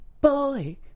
Boy